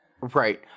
Right